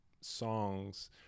songs